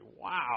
wow